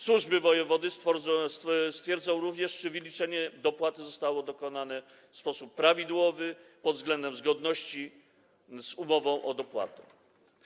Służby wojewody stwierdzą również, czy wyliczenie dopłaty zostało dokonane w sposób prawidłowy pod względem zgodności z umową o dopłatę.